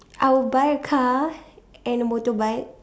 I will buy a car and a motorbike